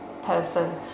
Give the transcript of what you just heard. person